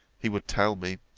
he would tell me,